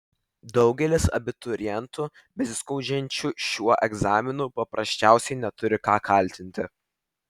daugelis abiturientų besiskundžiančių šiuo egzaminu paprasčiausiai neturi ką kaltinti